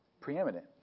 preeminent